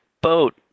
boat